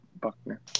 Buckner